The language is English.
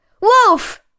Wolf